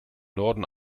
norden